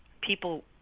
people